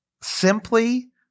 simply